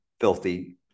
filthy